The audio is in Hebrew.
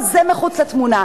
זה מחוץ לתמונה.